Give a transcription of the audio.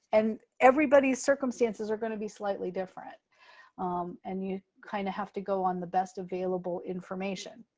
and everybody's circumstances are going to be slightly different and you kind of have to go on the best available information.